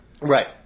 Right